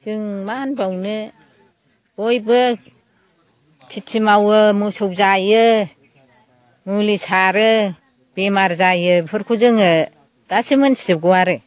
जों मा होनबावनो बयबो खेथि मावो मोसौ जायो मुलि सारो बेमार जायो बेफोरखौ जोङो गासैबो मोनथिजोबगौ आरो